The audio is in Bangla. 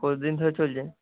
কতদিন ধরে চলছে